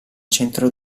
centro